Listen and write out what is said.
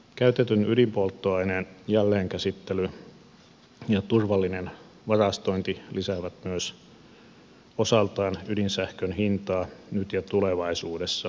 käytetyn ydinpolttoaineen jälleenkäsittely ja turvallinen varastointi lisäävät myös osaltaan ydinsähkön hintaa nyt ja tulevaisuudessa